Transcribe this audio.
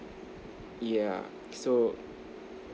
yeah so